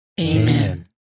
Amen